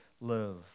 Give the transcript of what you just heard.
live